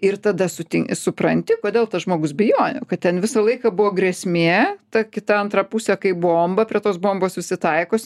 ir tada sutin supranti kodėl tas žmogus bijojo kad ten visą laiką buvo grėsmė ta kita antra pusė kaip bomba prie tos bombos visi taikosi